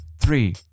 three